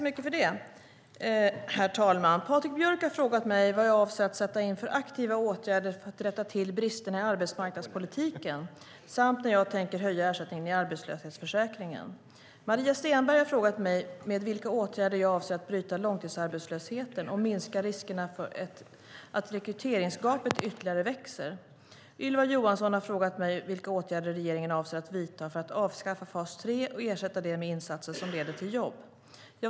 Herr talman! Patrik Björck har frågat mig vad jag avser att sätta in för aktiva åtgärder för att rätta till bristerna i arbetsmarknadspolitiken samt när jag tänker höja ersättningen i arbetslöshetsförsäkringen. Maria Stenberg har frågat mig med vilka åtgärder jag avser att bryta långtidsarbetslösheten och minska riskerna för att rekryteringsgapet ytterligare växer. Ylva Johansson har frågat mig vilka åtgärder regeringen avser att vidta för att avskaffa fas 3 och ersätta det med insatser som leder till jobb.